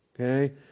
okay